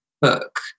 book